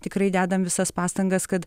tikrai dedam visas pastangas kad